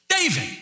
David